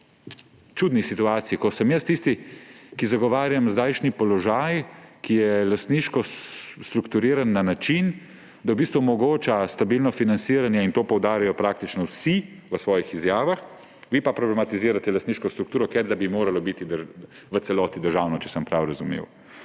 čudni situaciji, ko sem jaz tisti, ki zagovarjam zdajšnji položaj, ki je lastniško strukturiran na način, da v bistvu omogoča stabilno financiranje; in to poudarjajo praktično vsi v svojih izjavah. Vi pa problematizirate lastniško strukturo, ker da bi morala biti v celoti državna, če sem prav razumel.